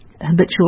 habitual